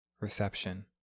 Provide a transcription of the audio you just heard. reception